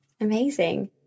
Amazing